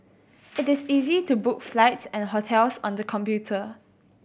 it is easy to book flights and hotels on the computer